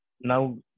now